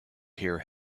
hear